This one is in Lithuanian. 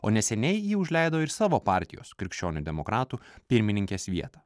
o neseniai ji užleido ir savo partijos krikščionių demokratų pirmininkės vietą